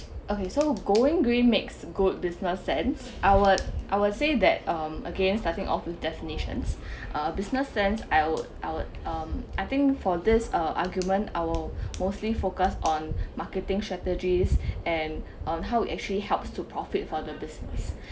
okay so going green makes good business sense I would I would say that um again starting off with definitions uh business sense I would I would um I think for this uh argument I will mostly focus on marketing strategies and um how actually helps to profit for the business